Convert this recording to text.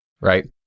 right